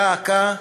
דא עקא,